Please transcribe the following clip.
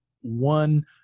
one